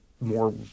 more